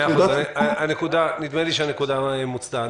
נדמה לי שהנקודה מוצתה.